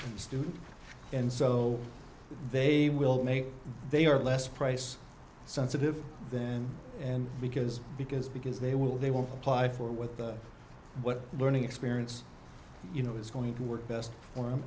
student and so they will make they are less price sensitive then and because because because they will they will apply for with what learning experience you know is going to work best for him